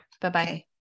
Bye-bye